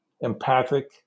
empathic